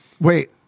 wait